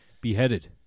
beheaded